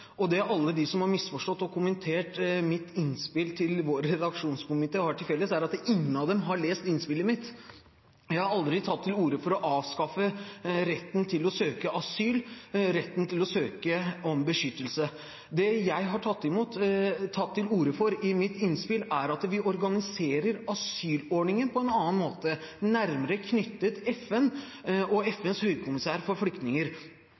og det alle de som har misforstått og kommentert mitt innspill til vår redaksjonskomité har til felles, er at ingen av dem har lest innspillet mitt. Jeg har aldri tatt til orde for å avskaffe retten til å søke asyl, retten til å søke om beskyttelse. Det jeg har tatt til orde for i mitt innspill, er at vi organiserer asylordningen på en annen måte, nærmere tilknyttet FN og FNs høykommissær for flyktninger.